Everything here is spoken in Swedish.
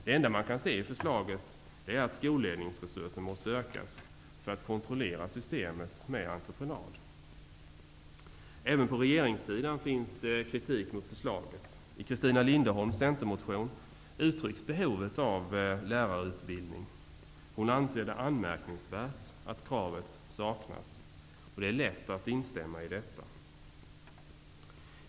Det enda man kan se i förslaget är att skolledningresursen måste ökas för att kontrollera systemet med entreprenad. Även på regeringssidan finns kritik mot förslaget. I Christina Linderholms centermotion uttrycks behovet av lärarutbildning. Hon anser det anmärkningsvärt att kravet saknas. Det är lätt att instämma i detta.